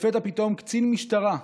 לפתע פתאום קצין משטרה,